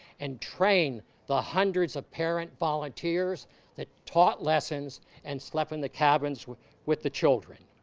and trained the hundreds of parent volunteers that taught lessons and slept in the cabins with with the children.